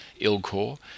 ILCOR